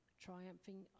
triumphing